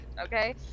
Okay